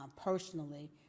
personally